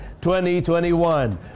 2021